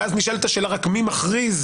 ואז נשאלת השאלה רק מי מכריז,